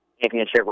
championship